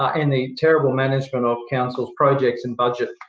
and the terrible management of council's projects and budget,